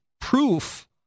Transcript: proof